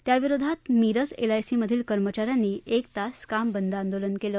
त्याविरोधात मिरज एलआयसीमधील कर्मचाऱ्यांनी एक तास कामबंद आंदोलन केलं